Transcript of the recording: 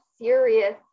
serious